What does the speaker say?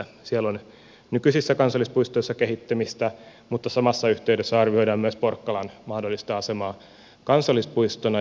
siellä on nykyisissä kansallispuistoissa kehittämistä mutta samassa yhteydessä arvioidaan myös porkkalan mahdollista asemaa kansallispuistona